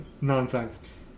nonsense